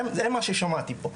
זה מה ששמעתי פה.